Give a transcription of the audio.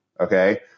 okay